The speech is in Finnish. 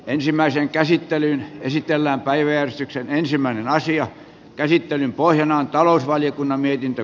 ensimmäisen käsittelyn esitellään päiväjärjestyksen ensimmäinen aasian käsittelyn pohjana on talousvaliokunnan mietintö